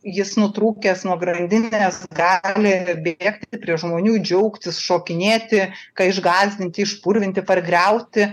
jis nutrūkęs nuo grandinės gali bėgti prie žmonių džiaugtis šokinėti ką išgąsdinti išpurvinti pargriauti